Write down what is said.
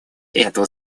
эту